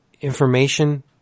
information